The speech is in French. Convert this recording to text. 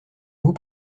vous